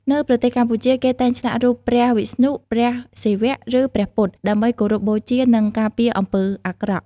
នៅប្រទេសកម្ពុជា គេតែងឆ្លាក់រូបព្រះវិស្ណុ ព្រះសិវៈ ឬព្រះពុទ្ធ ដើម្បីគោរពបូជា និងការពារអំពើអាក្រក់។